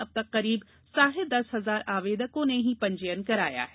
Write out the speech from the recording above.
अब तक करीब साढ़े दस हजार आवेदकों ने ही पंजीयन कराया है